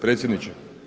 Predsjedniče?